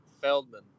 Feldman